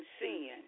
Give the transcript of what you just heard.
sin